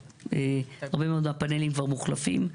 הרבה מאוד מהפנלים כבר מוחלפים,